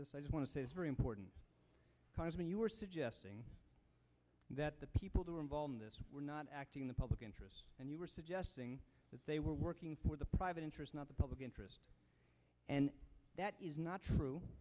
this i just want to say is very important because when you were suggesting that the people who were involved in this were not acting in the public interest and you were suggesting that they were working for the private interest not the public interest and that is not true